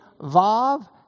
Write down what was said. vav